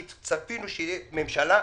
כי צפינו שתהיה ממשלה,